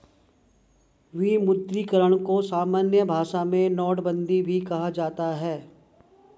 विमुद्रीकरण को सामान्य भाषा में नोटबन्दी भी कहा जाता है